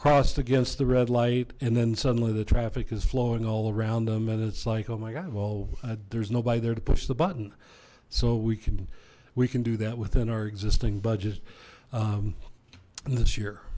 crossed against the red light and then suddenly the traffic is flowing all around them and it's like oh my god well there's nobody there to push the button so we can we can do that within our existing budget and this year